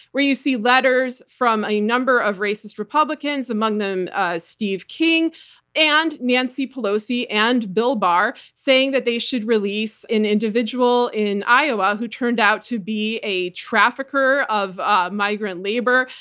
where you see letters from a number of racist republicans-among them ah steve king-and and nancy pelosi and bill barr saying that they should release an individual in iowa who turned out to be a trafficker of ah migrant labor,